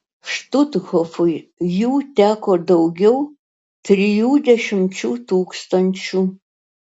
štuthofui jų teko daugiau trijų dešimčių tūkstančių